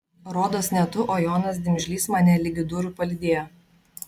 rodos ne tu o jonas dimžlys mane ligi durų palydėjo